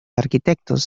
arquitectos